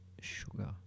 sugar